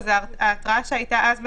ההתראה שהייתה אז מספיקה?